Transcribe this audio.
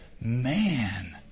Man